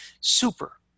super